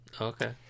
Okay